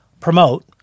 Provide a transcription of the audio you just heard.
promote